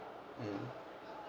mm